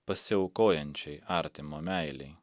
pasiaukojančiai artimo meilei